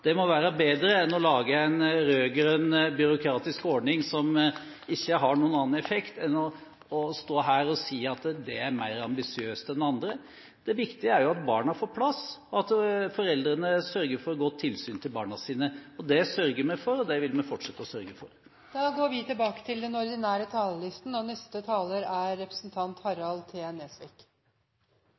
Det må være bedre enn å lage en rød-grønn byråkratisk ordning som ikke har noen annen effekt enn at man står her og sier at det er mer ambisiøst enn andre ordninger. Det viktige er jo at barna får barnehageplass, og at foreldrene sørger for godt tilsyn til barna sine. Det sørger vi for, og det vil vi fortsette å sørge for. Replikkordskiftet er omme. Da velgerne gikk til